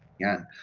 yeah.